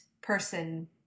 person